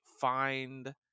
find